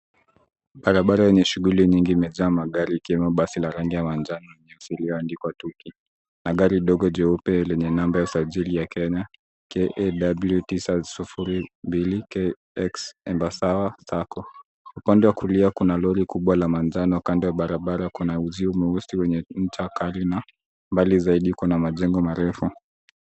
Barabara yenye shuguli nyingi, mejaa magari ikiwemo basi la rangi ya manjano, limesimama upande wa tukio. Na gari dogo jeupe lina nambari za usajili wa Kenya KAW-902KX, Embasawa sacco. Upande wa kulia kuna lori kubwa la manjano kando barabara, kuna uzio mweusi wentye nta kali na zaidi kuna majengo marefu.